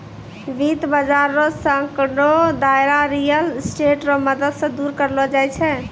वित्त बाजार रो सांकड़ो दायरा रियल स्टेट रो मदद से दूर करलो जाय छै